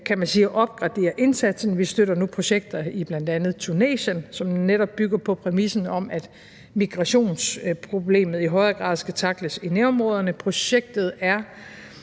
kan man sige. Vi støtter nu projekter i bl.a. Tunesien, som netop bygger på præmissen om, at migrationsproblemet i højere grad skal tackles i nærområderne. Projekterne